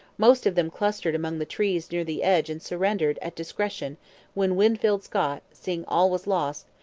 most of them clustered among the trees near the edge and surrendered at discretion when winfield scott, seeing all was lost,